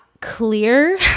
clear